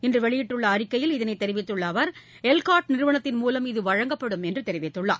இன்றுவெளியிட்டுள்ளஅறிக்கையில் இதனைத் தெரிவித்துள்ளஅவர் எல்காட் நிறுவனத்தின் மூலம் இது வழங்கப்படும் என்றுதெரிவித்துள்ளார்